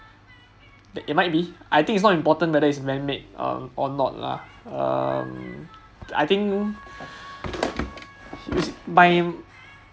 it might be I think is not important whether is man made uh or not lah um I think